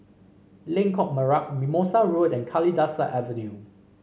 Lengkok Merak Mimosa Road and Kalidasa Avenue